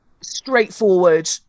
straightforward